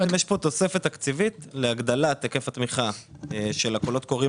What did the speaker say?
יש פה תוספת תקציבית להגדלת היקף התמיכה של הקולות הקוראים